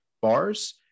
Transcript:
bars